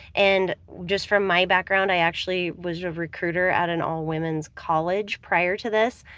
and just from my background i actually was a recruiter at an all women's college prior to this.